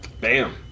Bam